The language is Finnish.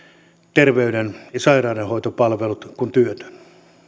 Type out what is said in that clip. terveyden ja sairaudenhoitopalvelut kuin työtön